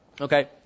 Okay